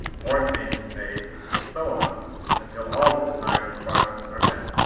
more changes made, and so on until all the design requirements are met.